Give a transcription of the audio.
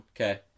Okay